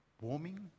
warming